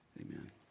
amen